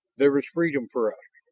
there was freedom for us.